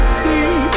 see